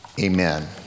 amen